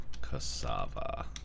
Cassava